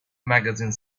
magazine